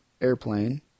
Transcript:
airplane